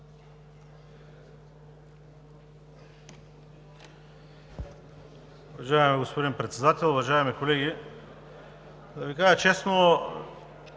Уважаеми господин Председател, уважаеми колеги! Да Ви кажа честно,